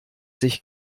sich